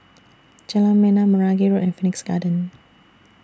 Jalan Bena Meragi Road and Phoenix Garden